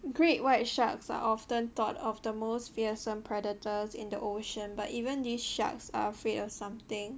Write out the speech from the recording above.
great white sharks are often thought of the most fearsome predators in the ocean but even these sharks are afraid of something